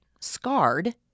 scarred